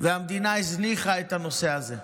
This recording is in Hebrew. והמדינה הזניחה את הנושא הזה.